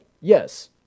yes